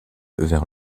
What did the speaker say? vers